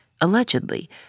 allegedly